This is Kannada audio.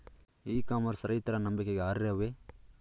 ಇ ಕಾಮರ್ಸ್ ರೈತರ ನಂಬಿಕೆಗೆ ಅರ್ಹವೇ?